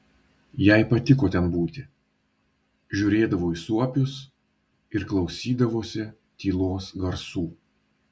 jai patiko ten būti žiūrėdavo į suopius ir klausydavosi tylos garsų